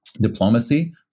diplomacy